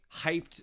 hyped